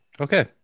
okay